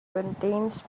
contains